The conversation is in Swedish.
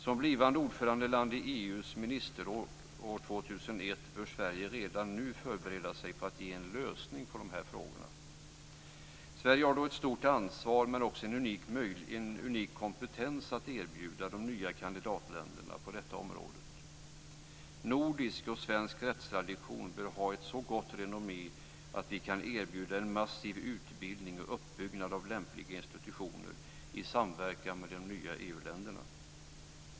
Som blivande ordförandeland i EU:s ministerråd 2001 bör Sverige redan nu förbereda sig på att ge en lösning på dessa frågor. Sverige har då ett stort ansvar, men vi har också en unik kompetens att erbjuda de nya kandidatländerna på detta område. Nordisk och svensk rättstradition bör ha ett så gott renommé att vi kan erbjuda en massiv utbildning och en uppbyggnad av lämpliga institutioner i samverkan med de nya EU-länderna.